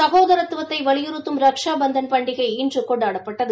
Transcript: சகோதரத்துவத்தை வலியுறுத்தும் ரக்ஷ பந்தன் பண்டிகை இன்று கொண்டாடப்பட்டது